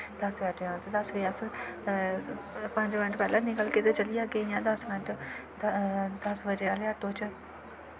दस बजे आटो जाना ते दस बजे अस पंज मिंट पैह्लें निकलगे ते चली जाह्गे इ'यां दस मिंट दस बजे आह्ले आटो च